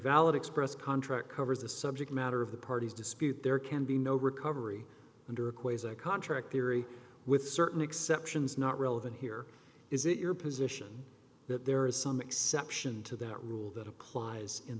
valid express contract covers the subject matter of the parties dispute there can be no recovery under contract theory with certain exceptions not relevant here is it your position that there is some exception to that rule that applies in